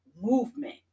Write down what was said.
movement